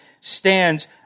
stands